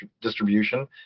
distribution